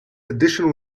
additional